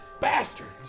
Bastards